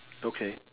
okay